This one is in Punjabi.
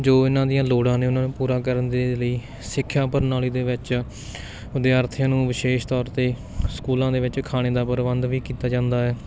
ਜੋ ਇਹਨਾਂ ਦੀਆਂ ਲੋੜਾਂ ਨੇ ਉਹਨਾਂ ਨੂੰ ਪੂਰਾ ਕਰਨ ਦੇ ਲਈ ਸਿੱਖਿਆ ਪ੍ਰਣਾਲੀ ਦੇ ਵਿੱਚ ਵਿਦਿਆਰਥੀਆਂ ਨੂੰ ਵਿਸ਼ੇਸ਼ ਤੌਰ 'ਤੇ ਸਕੂਲਾਂ ਦੇ ਵਿੱਚ ਖਾਣੇ ਦਾ ਪ੍ਰਬੰਧ ਵੀ ਕੀਤਾ ਜਾਂਦਾ ਹੈ